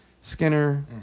Skinner